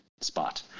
spot